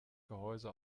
gehäuse